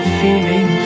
feeling